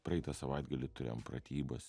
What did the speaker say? praeitą savaitgalį turėjom pratybas